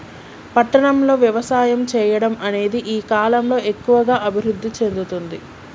పట్టణం లో వ్యవసాయం చెయ్యడం అనేది ఈ కలం లో ఎక్కువుగా అభివృద్ధి చెందుతుంది